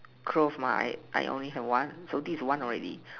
clothe line I only have one so this is one already